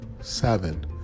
seven